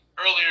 earlier